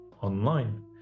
online